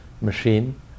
machine